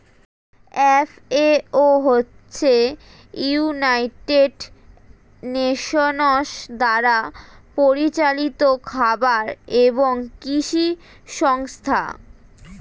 FAO হচ্ছে United Nations দ্বারা পরিচালিত খাবার এবং কৃষি সংস্থা